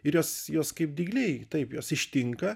ir jos jos kaip dygliai taip jos ištinka